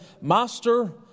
Master